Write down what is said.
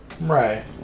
Right